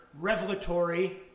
revelatory